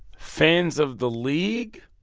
fans of the league?